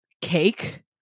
cake